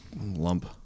lump